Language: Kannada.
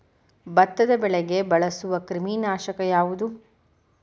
ಭತ್ತದ ಬೆಳೆಗೆ ಬಳಸುವ ಕ್ರಿಮಿ ನಾಶಕ ಯಾವುದು?